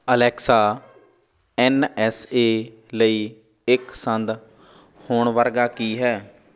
Alexa N S A ਲਈ ਇੱਕ ਸੰਦ ਹੋਣ ਵਰਗਾ ਕੀ ਹੈ